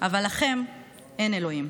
אבל לכם אין אלוהים.